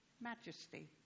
Majesty